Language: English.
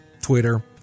Twitter